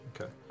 Okay